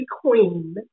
queen